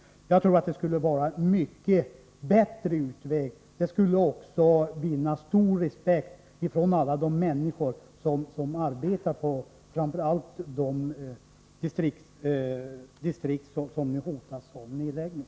Jag tror att det skulle vara en mycket bättre utväg. Man skulle då också vinna stor respekt, framför allt hos alla de människor som arbetar på de distrikt som nu hotas av nedläggning.